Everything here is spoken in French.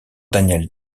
daniel